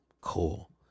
cool